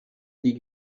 die